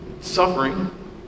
suffering